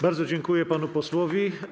Bardzo dziękuję panu posłowi.